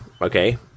okay